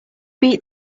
beat